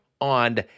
on